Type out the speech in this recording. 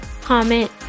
comment